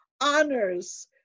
honors